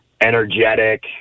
energetic